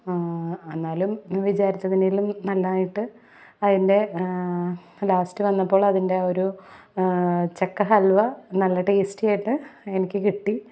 എന്നാലും വിചാരിച്ചതിലും നന്നായിട്ട് അതിൻ്റെ ലാസ്റ്റ് വന്നപ്പോൾ അതിൻ്റെ ആ ഒരു ചക്ക ഹൽവ നല്ല ടേസ്റ്റിയായിട്ട് എനിക്ക് കിട്ടി